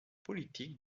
politique